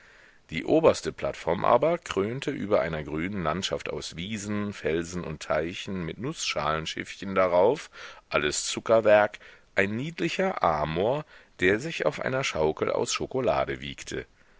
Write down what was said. die oberste plattform aber krönte über einer grünen landschaft aus wiesen felsen und teichen mit nußschalenschiffchen darauf alles zuckerwerk ein niedlicher amor der sich auf einer schaukel aus schokolade wiegte